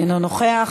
אינו נוכח.